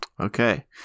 Okay